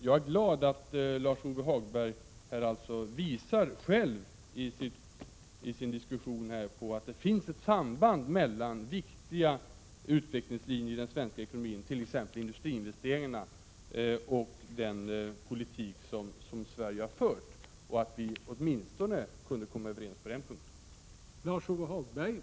Jag är glad att Lars-Ove Hagberg i sin diskussion alltså själv visar på att det finns ett samband mellan viktiga utvecklingslinjer i den svenska ekonomin, t.ex. i vad gäller industriinvesteringarna, och den politik som Sverige har fört och att vi åtminstone kunnat komma överens på den punkten.